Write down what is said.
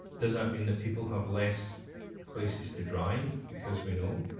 does that mean that people have less places to drive because we know,